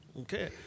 Okay